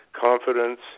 confidence